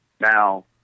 Now